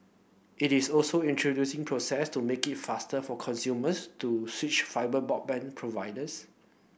it is also introducing process to make it faster for consumers to switch fibre broadband providers